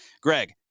Greg